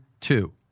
two